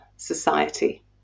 society